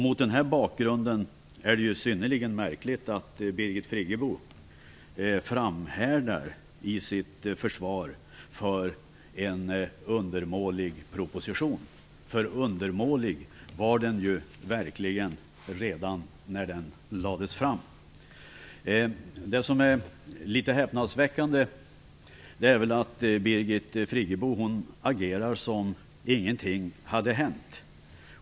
Mot den bakgrunden är det synnerligen märkligt att Birgit Friggebo framhärdar i sitt försvar för en undermålig proposition, för undermålig var den ju verkligen redan när den lades fram. Det är häpnadsväckande att Birgit Friggebo agerar som om ingenting hade hänt.